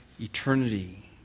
eternity